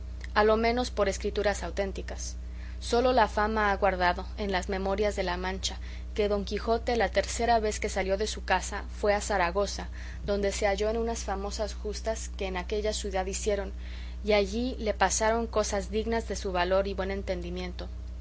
a lo menos por escrituras auténticas sólo la fama ha guardado en las memorias de la mancha que don quijote la tercera vez que salió de su casa fue a zaragoza donde se halló en unas famosas justas que en aquella ciudad hicieron y allí le pasaron cosas dignas de su valor y buen entendimiento